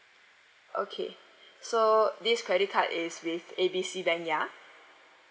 okay so this credit card is with A B C bank ya